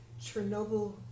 Chernobyl